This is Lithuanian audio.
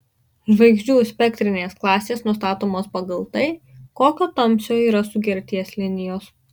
žvaigždžių spektrinės klasės nustatomos pagal tai kokio tamsio yra sugerties linijos